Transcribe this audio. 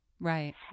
Right